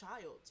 child